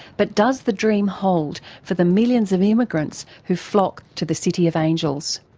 but does the dream hold for the millions of immigrants who flock to the city of angels?